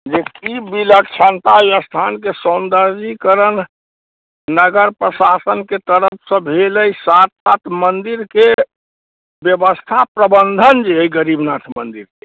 जे की विलक्षणता यऽ स्थानके सौन्दर्यकरण नगर प्रशासनके तरफसँ भेलै साथ साथ मन्दिरके व्यवस्था प्रबन्धन जे अइ गरीबनाथ मन्दिरके